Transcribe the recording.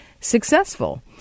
successful